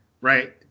right